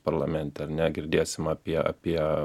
parlamente ar negirdėsim apie apie